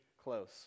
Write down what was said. close